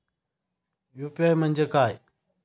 UPI म्हणजे काय?